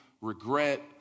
regret